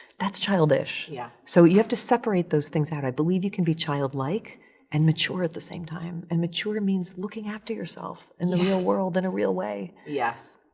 that's childish. yeah. so you have to separate those things out. i believe you can be childlike and mature at the same time. and mature means looking after yourself in the real world in a real way. yes.